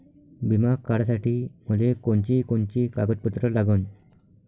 बिमा काढासाठी मले कोनची कोनची कागदपत्र लागन?